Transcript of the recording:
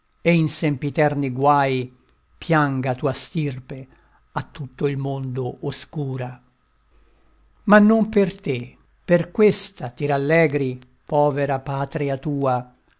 e in sempiterni guai pianga tua stirpe a tutto il mondo oscura ma non per te per questa ti rallegri povera patria tua